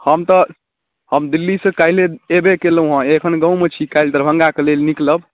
हम तऽ हम दिल्लीसँ काल्हिए अएबे कएलहुँ हँ एखन गाममे छी काल्हि दरभङ्गा लेल निकलब